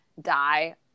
die